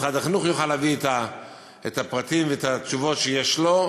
משרד החינוך יוכל להביא את הפרטים ואת התשובות שיש לו,